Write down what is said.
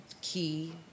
key